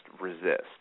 resist